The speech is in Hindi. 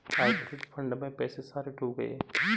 हाइब्रिड फंड में पैसे सारे डूब गए